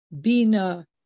Bina